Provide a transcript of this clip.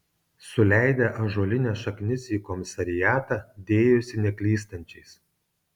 suleidę ąžuolines šaknis į komisariatą dėjosi neklystančiais